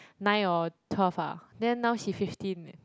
nine or twelve ah then now she fifteen eh